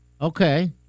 Okay